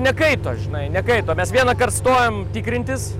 nekaito žinai nekaito mes vienąkart stojom tikrintis